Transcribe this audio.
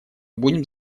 будем